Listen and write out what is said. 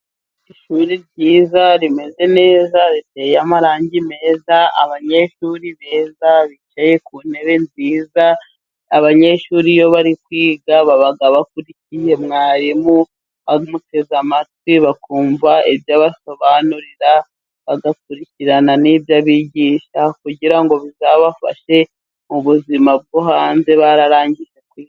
Ishuri ryiza rimeze neza riteye amarangi meza. Abanyeshuri beza bicaye ku ntebe nziza. Abanyeshuri iyo bari kwiga baba bakurikiye mwarimu bamuteze amatwi, bakumva ibyo abasobanurira bagakurikirana n'iby'abigisha ,kugira ngo bizabafashe mu buzima bwo hanze bararangije.